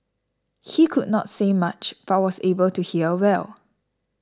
he could not say much but was able to hear well